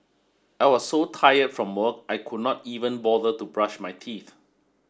I was so tired from work I could not even bother to brush my teeth